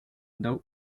doug